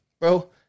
Bro